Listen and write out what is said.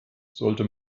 sollte